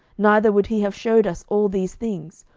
neither would he have shewed us all these things,